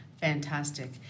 fantastic